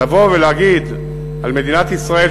לבוא ולהגיד על מדינת ישראל,